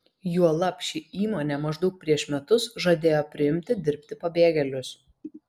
juolab ši įmonė maždaug prieš metus žadėjo priimti dirbti pabėgėlius